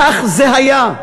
כך זה היה.